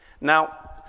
Now